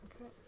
Okay